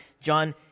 John